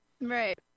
Right